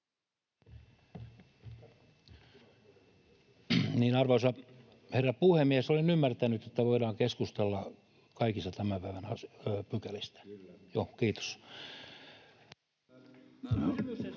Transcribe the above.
Arvoisa herra puhemies! Olen ymmärtänyt, että voidaan keskustella kaikista tämän päivän pykälistä.